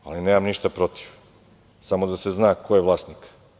Ali, nemam ništa protiv, samo da se zna ko je vlasnik.